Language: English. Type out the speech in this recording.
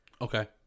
Okay